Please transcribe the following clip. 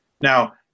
Now